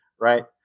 right